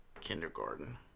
kindergarten